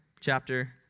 chapter